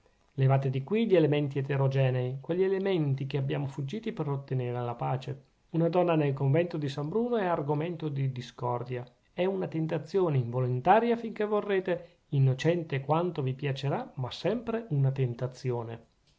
levate di qui gli elementi eterogenei quegli elementi che abbiamo fuggiti per ottenere la pace una donna nel convento di san bruno è argomento di discordia è una tentazione involontaria fin che vorrete innocente quanto vi piacerà ma sempre una tentazione